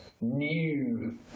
new